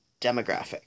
demographic